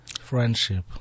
Friendship